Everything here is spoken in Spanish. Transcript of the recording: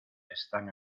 están